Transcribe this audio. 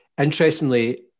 Interestingly